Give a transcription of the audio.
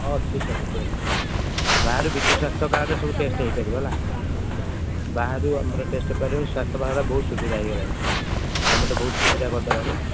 ହଁ ଅଛି ସବୁ ଟେଷ୍ଟ ବାହାରେ ବିଜୁ ସ୍ୱାସ୍ଥ୍ୟ କାର୍ଡ଼ରେ ସବୁ ଟେଷ୍ଟ ହୋଇପାରିବ ହେଲା ବାହାରୁ ଆମର ଟେଷ୍ଟ ହୋଇପାରିବ ସ୍ୱାସ୍ଥ୍ୟ କାର୍ଡ଼ରେ ବହୁ ସୁବିଧା ହୋଇଗଲାଣି ଗଭରମେଣ୍ଟ ବହୁତ ସୁବିଧା କରିଦେଲାଣି